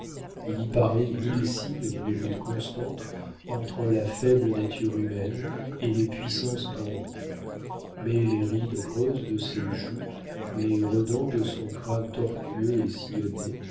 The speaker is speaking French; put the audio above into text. il y paraît mille signes d'une lutte constante entre la faible nature humaine et les puissances d'en haut mais les rides creuses de ses joues les redans de son crâne tortueux et sillonné